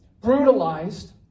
brutalized